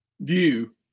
view